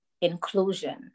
inclusion